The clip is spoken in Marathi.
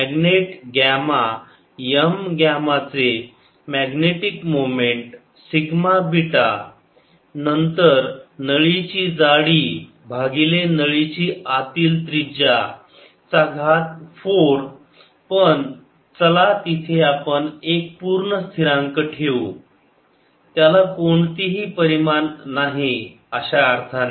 मॅग्नेट ग्यामा m ग्यामा चे मॅग्नेटिक मोमेंट सिग्मा बीटा नंतर नळीची जाडी भागिले नळीची आतील त्रिजा चा घात 4 पण चला तिथे आपण एक पूर्ण स्थिरांक ठेवू त्याला कोणतीही परिमाण नाही अशा अर्थाने